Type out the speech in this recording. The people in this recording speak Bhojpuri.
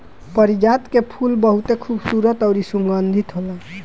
पारिजात के फूल बहुते खुबसूरत अउरी सुगंधित होला